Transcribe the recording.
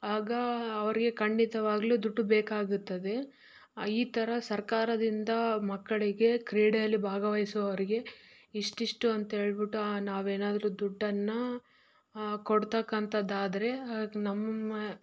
ಆಗ ಅವರಿಗೆ ಖಂಡಿತವಾಗಲೂ ದುಡ್ಡು ಬೇಕಾಗುತ್ತದೆ ಈ ಥರ ಸರ್ಕಾರದಿಂದ ಮಕ್ಕಳಿಗೆ ಕ್ರೀಡೆಯಲ್ಲಿ ಭಾಗವಹಿಸುವವರಿಗೆ ಇಷ್ಟಿಷ್ಟು ಅಂತ ಹೇಳ್ಬಿಟ್ಟು ನಾವೇನಾದ್ರೂ ದುಡ್ಡನ್ನು ಕೊಡ್ತಕಂಥದ್ದಾದ್ರೆ ನಮ್ಮ